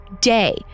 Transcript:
day